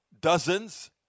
dozens